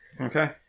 Okay